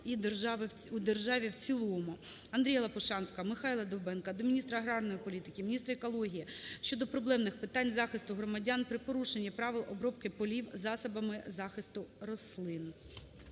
у державі в цілому. АндріяЛопушанського, Михайла Довбенка до міністра аграрної політики, міністра екології щодо проблемних питань захисту громадян при порушенні правил обробки полів засобами захисту рослин.